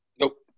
Nope